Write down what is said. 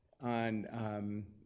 on